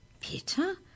Peter